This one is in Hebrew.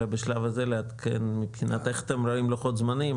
אלא בשלב הזה לעדכן מבחינת איך אתם רואים לוחות זמנים,